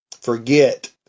forget